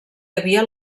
havia